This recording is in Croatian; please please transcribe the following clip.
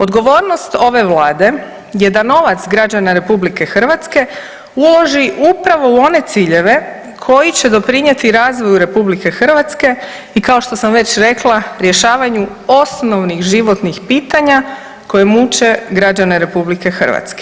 Odgovornost ove Vlade je da novac građana RH uloži upravo u one ciljeve koji će doprinijeti razvoju RH i kao što sam već rekla rješavanju osnovnih životnih pitanja koji muče građana RH.